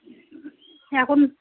হ্যা এখন